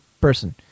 person